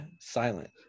silent